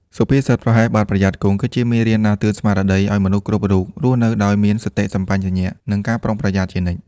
សុភាសិត «ប្រហែសបាត់ ប្រយ័ត្នគង់» គឺជាមេរៀនដាស់តឿនស្មារតីឱ្យមនុស្សគ្រប់រូបរស់នៅដោយមានសតិសម្បជញ្ញៈ និងការប្រុងប្រយ័ត្នជានិច្ច។